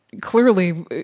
clearly